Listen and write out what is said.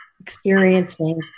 experiencing